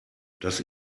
das